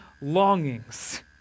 longings